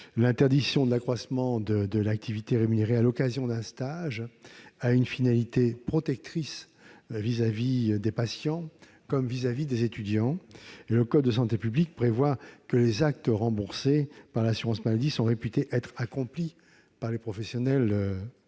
L'interdiction de l'accroissement de l'activité rémunérée à l'occasion d'un stage a une finalité protectrice des patients comme des étudiants. Le code de la santé publique dispose que les actes remboursés par l'assurance maladie sont réputés être accomplis par des professionnels diplômés.